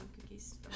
cookies